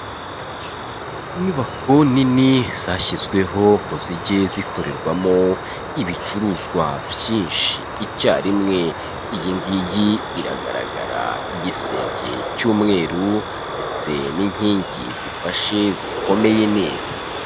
Inyubako nini zashyizweho ngo zijye zikorerwamo ibicuruzwa byinshi icyarimwe. Iyi ngigi iragaragara igisenge cy'umweru, ndetse n'inkingi zifashe, zikomeye neza.